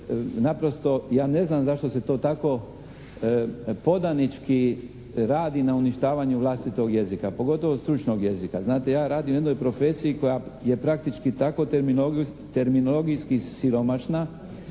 naprosto, ja ne znam zašto se to tako podanički radi na uništavanju vlastitog jezika, pogotovo stručnog jezika. Znate ja radim u jednoj profesiji koja je praktički tako terminologijski siromašna